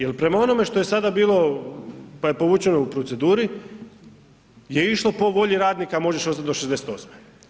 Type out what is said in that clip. Jel prema onome što je sada bilo pa je povučeno u proceduri je išlo po volji radnika možeš ostati do 68.